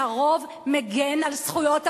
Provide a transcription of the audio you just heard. שהרוב מגן על זכויות המיעוט.